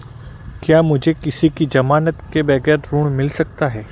क्या मुझे किसी की ज़मानत के बगैर ऋण मिल सकता है?